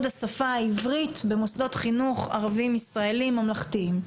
השפה העברית במוסדות חינוך ערבים ישראלים ממלכתיים.